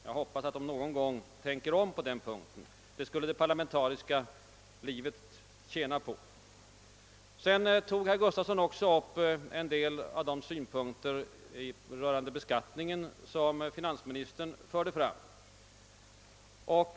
Jag hoppas att regeringen någon gång skall tänka om på den punkten — det skulle det parlamentariska livet tjäna på. Herr Gustafson i Göteborg tog också upp en del av de synpunkter rörande beskattningen som finansministern förde fram.